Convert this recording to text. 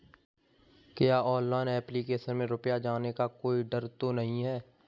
क्या online application में रुपया जाने का कोई डर तो नही है?